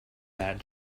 that